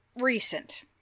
recent